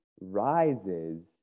rises